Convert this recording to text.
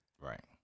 Right